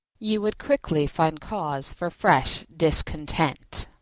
you would quickly find cause for fresh discontent.